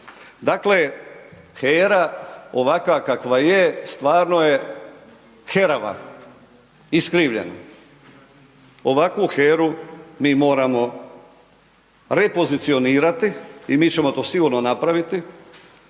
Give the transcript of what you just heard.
Dakle, HERA ovakva kakva je stvarno je herava, iskrivljena, ovakvu HERU mi moramo repozicionirati i mi ćemo to sigurno napraviti